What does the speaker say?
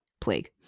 Plague